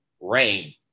Rain